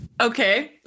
Okay